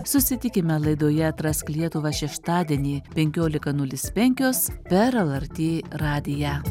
susitikime laidoje atrask lietuvą šeštadienį penkiolika nulis penkios per lrt radiją